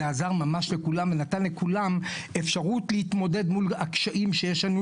זה עזר ממש לכולם ונתן לכולם אפשרות להתמודד מול הקשיים שיש לנו,